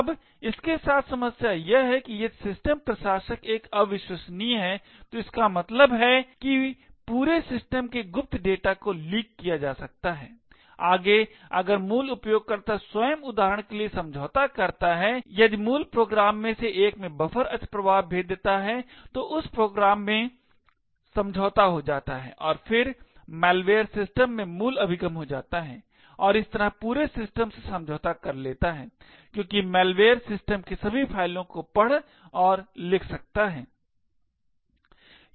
अब इसके साथ समस्या यह है कि यदि सिस्टम प्रशासक एक अविश्वसनीय है तो इसका मतलब है कि पूरे सिस्टम के गुप्त डेटा को लीक किया जा सकता है आगे अगर मूल उपयोगकर्ता स्वयं उदाहरण के लिए समझौता करता है यदि मूल प्रोग्राम में से एक में बफर अतिप्रवाह भेद्यता है तो उस प्रोग्राम में समझौता हो जाता है और फिर मैलवेयर सिस्टम में मूल अभिगम हो जाता है और इस तरह पूरे सिस्टम से समझौता कर लेता है क्योंकि मैलवेयर सिस्टम की सभी फाइलों को पढ़ और लिख सकता है